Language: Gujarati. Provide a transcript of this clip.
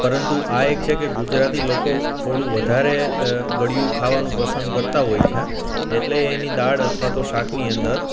પરંતુ આ એક છેકે ગુજરાતી લોકો થોડું વધારે ગળ્યું ખાવાનું પસંદ કરતાં હોય છે એટલે એની દાળ અથવા તો શાકની અંદર